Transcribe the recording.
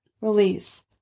release